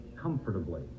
comfortably